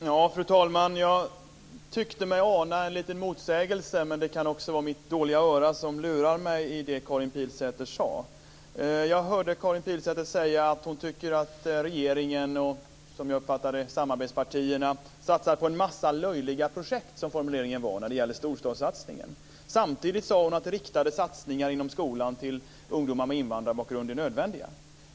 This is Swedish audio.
Fru talman! Jag tyckte mig ana en liten motsägelse, men det kan också vara mitt dåliga öra som lurar mig, i det Karin Pilsäter sade. Jag hörde Karin Pilsäter säga att hon tycker att regeringen och, som jag uppfattade det, samarbetspartierna satsar på en massa löjliga projekt - som formuleringen var när det gäller storstadssatsningen. Samtidigt sade hon att riktade satsningar inom skolan till ungdomar med invandrarbakgrund är nödvändiga.